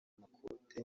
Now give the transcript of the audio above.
amakote